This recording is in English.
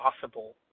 possible